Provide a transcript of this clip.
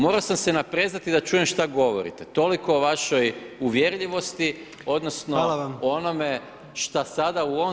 Morao sam se naprezati da čujem šta govorite, toliko o vašoj uvjerljivosti, odnosno o onome šta sada u ovom